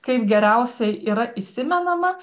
kaip geriausiai yra įsimenama